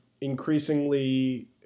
increasingly